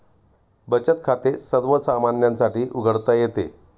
बचत खाते सर्वसामान्यांसाठी उघडता येते